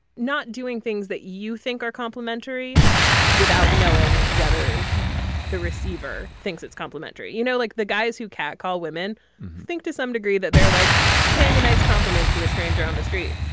not doing things that you think are complimentary without knowing whether receiver thinks it's complimentary. you know like the guys who catcall women think to some degree that they're like paying a nice compliment to a stranger on the street.